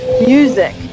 music